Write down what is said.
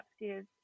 upstairs